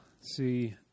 See